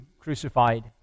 crucified